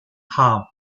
harmed